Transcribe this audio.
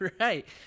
right